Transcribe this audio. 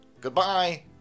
Goodbye